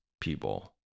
People